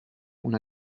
una